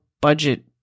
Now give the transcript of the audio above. budget